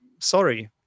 sorry